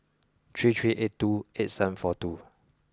three three eight two eight seven four two